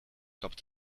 kapt